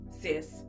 sis